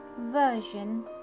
version